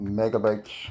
megabytes